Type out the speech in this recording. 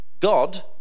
God